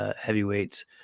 heavyweights